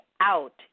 out